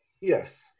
Yes